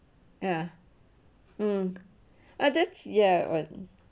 ya mm ah that's ya what